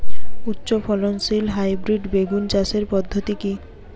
উচ্চ ফলনশীল হাইব্রিড বেগুন চাষের পদ্ধতি কী?